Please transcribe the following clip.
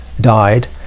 died